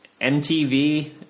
MTV